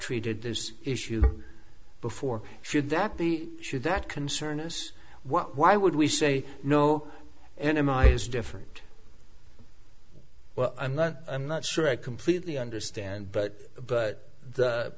treated this issue before should that be should that concern us well why would we say no anima is different well i'm not i'm not sure i completely understand but but